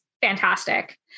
fantastic